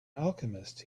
alchemist